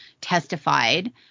testified